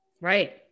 Right